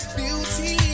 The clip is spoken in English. beauty